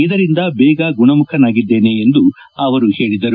ಇದರಿಂದ ಬೇಗ ಗುಣಮುಖನಾಗಿದ್ದೇನೆ ಎಂದು ಅವರು ಹೇಳಿದರು